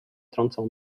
trącał